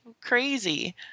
Crazy